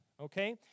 Okay